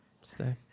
Stay